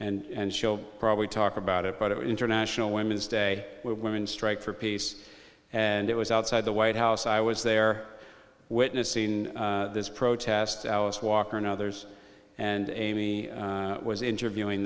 was and show probably talk about it but it was international women's day where women strike for peace and it was outside the white house i was there witnessing this protest alice walker and others and amy was interviewing